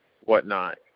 whatnot